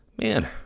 Man